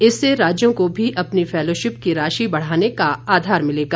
इससे राज्यों को भी अपनी फेलोशिप की राशि बढ़ाने का आधार मिलेगा